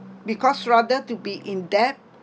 because rather to be in debt